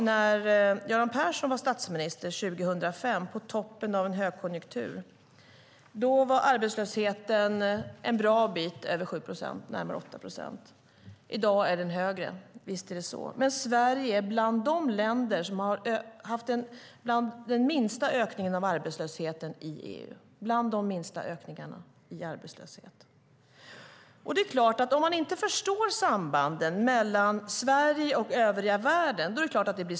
När Göran Persson var statsminister 2005 på toppen av en högkonjunktur var arbetslösheten en bra bit över 7 procent, närmare 8 procent. I dag är den högre, visst är det så, men Sverige är ett av de länder som haft minst ökning av arbetslösheten i EU. Det är klart att det blir svårt om man inte förstår sambanden mellan Sverige och övriga världen.